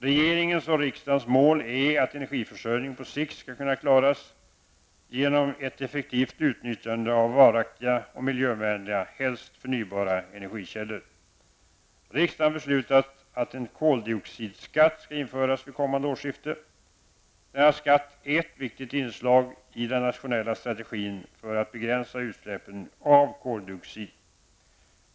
Regeringens och riksdagens mål är att energiförsörjningen på sikt skall kunna klaras genom ett effektivt utnyttjande av varaktiga och miljövänliga, helst förnybara, energikällor. Riksdagen har beslutat att en koldioxidskatt skall införas vid kommande årsskifte. Denna skatt är ett viktigt inslag i den nationella strategin för att begränsa utsläppen av koldioxid.